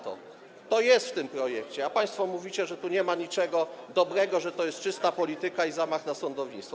To jest w tym projekcie, a państwo mówicie, że tu nie ma niczego dobrego, że to jest czysta polityka i zamach na sądownictwo.